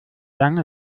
lange